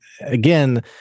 again